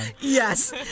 Yes